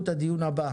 הדיון הזה,